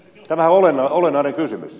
tämä on olennainen kysymys